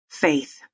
Faith